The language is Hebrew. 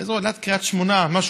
לאזור קריית שמונה.